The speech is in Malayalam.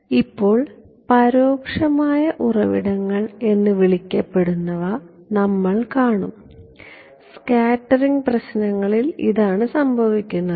ഇപ്പോൾ പരോക്ഷമായ ഉറവിടങ്ങൾ എന്ന് വിളിക്കപ്പെടുന്നവ നമ്മൾ കാണും സ്കാറ്ററിംഗ് പ്രശ്നങ്ങളിൽ ഇതാണ് സംഭവിക്കുന്നത്